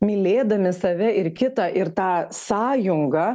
mylėdami save ir kitą ir tą sąjungą